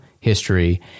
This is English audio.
History